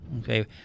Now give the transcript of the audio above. okay